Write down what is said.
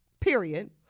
Period